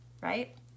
right